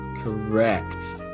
Correct